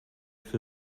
für